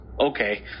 okay